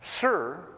Sir